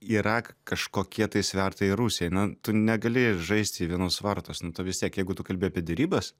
yra kažkokie tai svertai rusijai na tu negali žaisti į vienus vartus nu tai vis tiek jeigu tu kalbi apie derybas